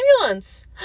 ambulance